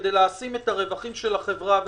כדי להעצים את הרווחים של החברה,